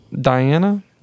Diana